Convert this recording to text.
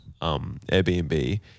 Airbnb